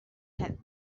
had